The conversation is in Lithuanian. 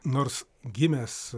nors gimęs